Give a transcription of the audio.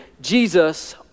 Jesus